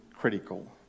critical